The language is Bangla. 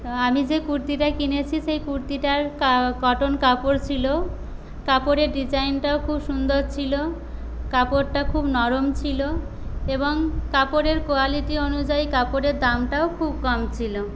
আমি যেই কুর্তিটা কিনেছি সেই কুর্তিটা কটন কাপড় ছিল কাপড়ের ডিজাইনটাও খুব সুন্দর ছিল কাপড়টা খুব নরম ছিল এবং কাপড়ের কোয়ালিটি অনুযায়ী কাপড়ের দামটাও খুব কম ছিল